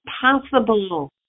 possible